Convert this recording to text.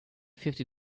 fifty